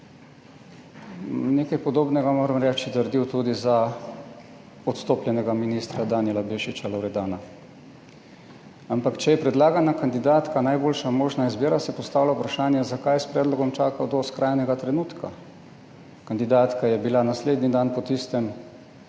Nekaj podobnega, moram reči, je naredil tudi za odstopljenega ministra Danila Bešiča Loredana. Ampak, če je predlagana kandidatka najboljša možna izbira, se postavlja vprašanje, zakaj je s predlogom čakal do skrajnega trenutka. Kandidatka je bila naslednji dan po tistem,